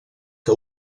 que